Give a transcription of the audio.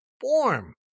form